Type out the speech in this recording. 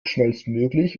schnellstmöglich